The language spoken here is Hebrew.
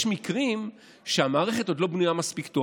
יש מקרים שהמערכת עוד לא בנויה מספיק טוב,